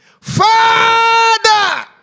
Father